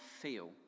feel